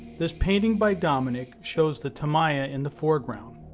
this painting by dominique shows the tamaya in the foreground.